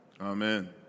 Amen